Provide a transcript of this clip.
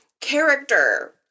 character